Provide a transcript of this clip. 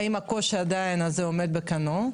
האם הקושי הזה עדיין עומד על כנו?